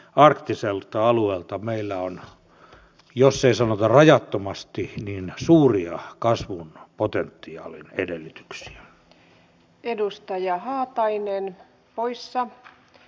arktiselta alueelta käsin meillä on jos ei sanota rajattomasti suuria kasvun potentiaalin edellytyksiä